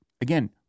again